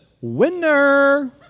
winner